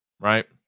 Right